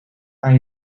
aan